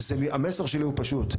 המסר שלי הוא פשוט.